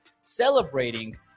celebrating